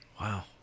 Wow